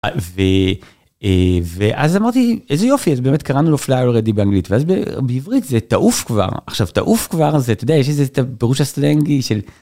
ואז אמרתי איזה יופי אז באמת קראנו לו fly already באנגלית ואז בעברית זה תעוף כבר עכשיו תעוף כבר זה אתה יודע הפירוש הסלנגי של.